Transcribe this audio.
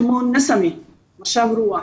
כמו משב רוח,